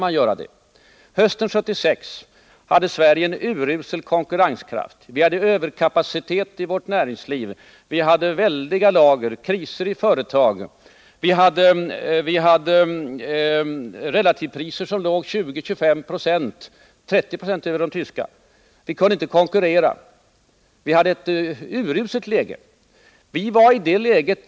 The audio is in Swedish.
Hösten 1976 hade Sverige en urusel konkurrenskraft, överkapacitet inom näringslivet, väldiga lager, kriser i företagen, relativpriser som låg 20, 25 eller 30 20 över de tyska, ja, ett uruselt läge.